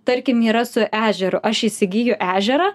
tarkim yra su ežeru aš įsigyju ežerą